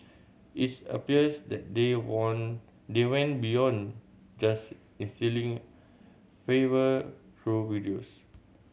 it's appears that they want they went beyond just instilling favour through videos